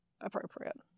appropriate